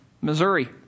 Missouri